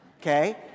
okay